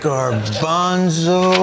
Garbanzo